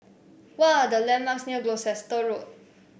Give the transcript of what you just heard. what are the landmarks near Gloucester Road